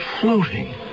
floating